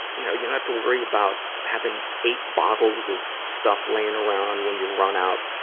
you know you don't have to worry about having eight bottles of stuff laying around when you run out,